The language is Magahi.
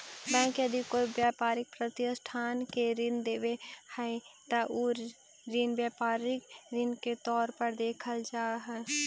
बैंक यदि कोई व्यापारिक प्रतिष्ठान के ऋण देवऽ हइ त उ ऋण व्यापारिक ऋण के तौर पर देखल जा हइ